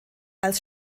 als